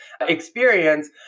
experience